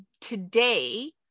today